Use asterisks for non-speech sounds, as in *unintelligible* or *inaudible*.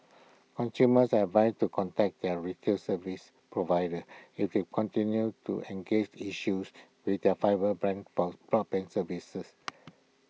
consumers are advised to contact their retail service providers if they continue to engage issues with their fibre brand *unintelligible* services